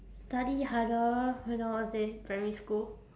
study harder when I was in primary school